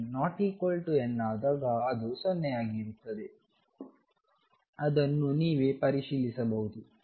ಮತ್ತು m ≠ n ಆದಾಗ ಅದು 0 ಆಗಿರುತ್ತದೆ ಅದನ್ನು ನೀವೇ ಪರಿಶೀಲಿಸಬಹುದು